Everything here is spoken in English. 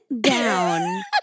down